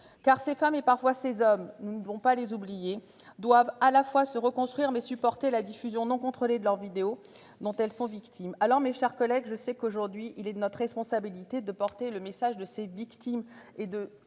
car ces femmes et parfois ces hommes nous ne vont pas les oublier doivent à la fois se reconstruire mais supporter la diffusion non contrôlée de leurs vidéos dont elles sont victimes. Alors, mes chers collègues, je sais qu'aujourd'hui il est de notre responsabilité de porter le message de ses victimes et de